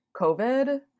COVID